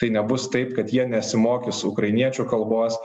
tai nebus taip kad jie nesimokys ukrainiečių kalbos